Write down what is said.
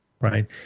Right